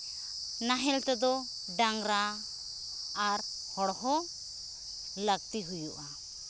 ᱱᱟᱦᱮᱞ ᱛᱮᱫᱚ ᱰᱟᱝᱨᱟ ᱟᱨ ᱦᱚᱲ ᱦᱚᱸ ᱞᱟᱹᱠᱛᱤ ᱦᱩᱭᱩᱜᱼᱟ